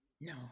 No